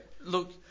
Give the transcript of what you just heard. Look